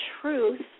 truth